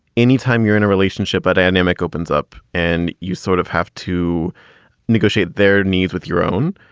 anytime you're in a relationship, but anemic opens up and you sort of have to negotiate their needs with your own.